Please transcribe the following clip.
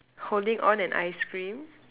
holding on an ice cream